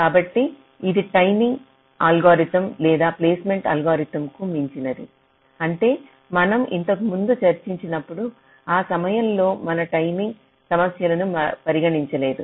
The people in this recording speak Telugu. కాబట్టి ఇది టైమింగ్ అల్గోరిథంలు లేదా ప్లేస్మెంట్ అల్గోరిథంలకు మించినది అంటే మనం ఇంతకుముందు చర్చించినప్పుడు ఆ సమయంలో మనం టైమింగ్ సమస్యలను పరిగణించలేదు